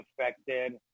affected